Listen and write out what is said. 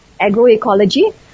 agroecology